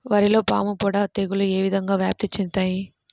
వరిలో పాముపొడ తెగులు ఏ విధంగా వ్యాప్తి చెందుతాయి?